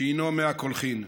מי הקולחים.